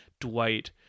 Dwight